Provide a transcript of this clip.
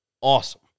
awesome